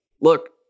look